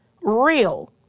real